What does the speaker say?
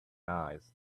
eyes